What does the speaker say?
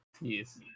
Yes